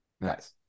Nice